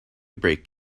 break